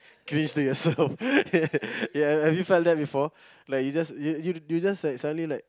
crease to yourself ya ya have you done that before like you just you you you just like suddenly like